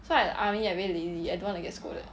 so at the army I very lazy I don't wanna get scolded